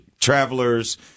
travelers